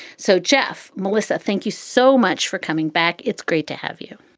so, jeff. melissa, thank you so much for coming back. it's great to have you.